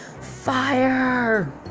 Fire